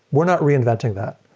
we're not reinventing that.